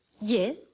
Yes